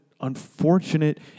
unfortunate